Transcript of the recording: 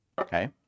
Okay